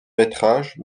métrages